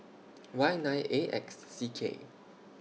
Y nine A X C K